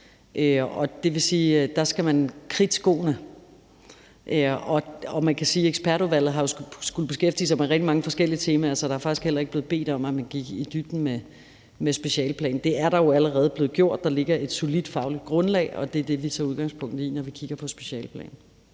Det vil sige, at der skal man kridte skoene, og man kan sige, at ekspertudvalget jo har skullet beskæftige sig med rigtig mange forskellige temaer, så der er faktisk heller ikke blevet bedt om, at man gik i dybden med specialeplanen. Det er der jo allerede blevet gjort. Der ligger et solidt fagligt grundlag, og det er det, vi tager udgangspunkt i, når vi kigger på specialeplanen.